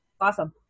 Awesome